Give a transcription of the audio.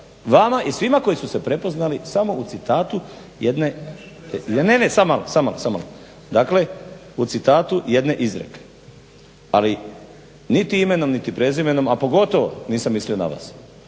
razumije./… Ne, ne, samo malo, dakle u citatu jedne izreke. Ali niti imenom niti prezimenom, a pogotovo nisam mislio na vas,